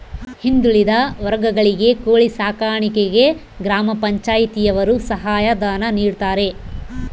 ಹಿಂದುಳಿದ ವರ್ಗಗಳಿಗೆ ಕೋಳಿ ಸಾಕಾಣಿಕೆಗೆ ಗ್ರಾಮ ಪಂಚಾಯ್ತಿ ಯವರು ಸಹಾಯ ಧನ ನೀಡ್ತಾರೆ